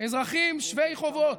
אזרחים שווי חובות,